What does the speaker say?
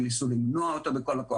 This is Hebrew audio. שהם ניסו למנוע אותו בכל הכוח.